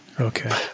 Okay